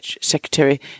Secretary